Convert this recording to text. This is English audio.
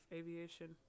aviation